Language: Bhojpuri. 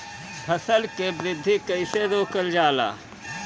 फसल के वृद्धि कइसे रोकल जाला?